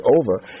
over